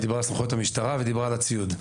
היא דיברה על סמכויות המשטרה ודיברה על הציוד.